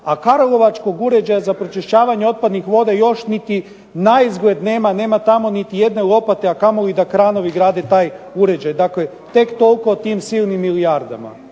A Karlovačkog uređaja za pročišćavanje otpadnih voda još niti naizgled nema, nema tamo niti jedne lopate, a kamo li da kranovi grade taj uređaj. Dakle, tek toliko o tim silnim milijardama.